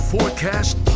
Forecast